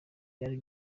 byari